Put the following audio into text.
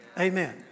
Amen